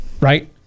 right